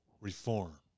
reform